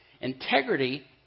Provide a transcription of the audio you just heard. Integrity